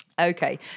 Okay